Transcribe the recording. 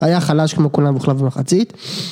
היה חלש כמו כולם והוחלף במחצית.